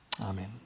Amen